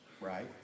right